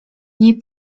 nie